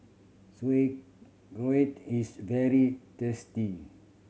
sauerkraut is very tasty